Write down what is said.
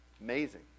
Amazing